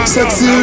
Sexy